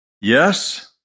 Yes